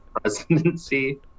presidency